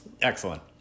excellent